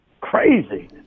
crazy